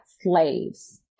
slaves